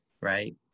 right